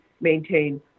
maintain